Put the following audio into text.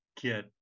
get